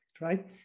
right